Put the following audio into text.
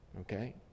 Okay